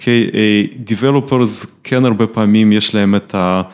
אוקיי, Developers כן הרבה פעמים יש להם את ה...